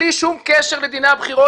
בלי שום קשר לדיני הבחירות,